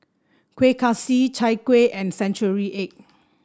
Kueh Kaswi Chai Kueh and Century Egg